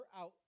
out